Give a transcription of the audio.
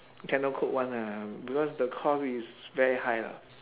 cannot cope [one] lah because the cost is very high ah